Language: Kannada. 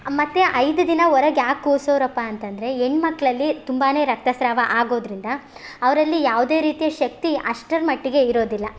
ಮತ್ತು ಐದು ದಿನ ಹೊರಗೆ ಯಾಕೆ ಕೂರ್ಸೋರಪ್ಪ ಅಂತಂದರೆ ಹೆಣ್ ಮಕಕಳಲ್ಲಿ ತುಂಬಾ ರಕ್ತ ಸ್ರಾವ ಆಗೋದರಿಂದ ಅವರಲ್ಲಿ ಯಾವುದೇ ರೀತಿಯ ಶಕ್ತಿ ಅಷ್ಟರ ಮಟ್ಟಿಗೆ ಇರೋದಿಲ್ಲ